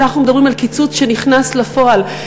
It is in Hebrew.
אנחנו מדברים על קיצוץ שנכנס לפועל.